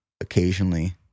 occasionally